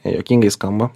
juokingai skamba